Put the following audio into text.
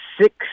six